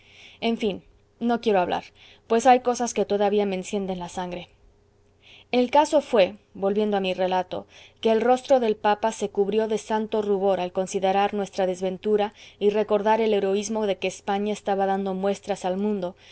en fin no quiero hablar pues hay cosas que todavía me encienden la sangre el caso fué volviendo a mi relato que el rostro del papa se cubrió de santo rubor al considerar nuestra desventura y recordar el heroísmo de que españa estaba dando muestras al mundo